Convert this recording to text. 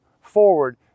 forward